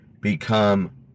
become